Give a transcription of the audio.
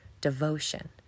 devotion